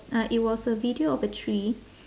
uh it was a video of a tree